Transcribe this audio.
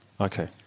okay